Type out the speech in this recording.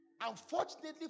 Unfortunately